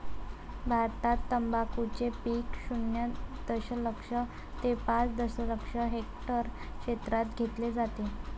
भारतात तंबाखूचे पीक शून्य दशलक्ष ते पाच दशलक्ष हेक्टर क्षेत्रात घेतले जाते